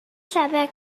saber